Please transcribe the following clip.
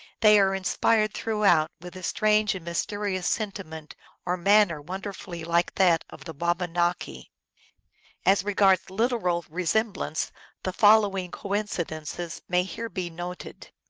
they are inspired throughout with a strange and mysterious sentiment or manner wonderfully like that of the wabanaki. as regards literal resemblance the following coincidences may here be noted.